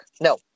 no